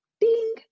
ding